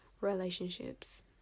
relationships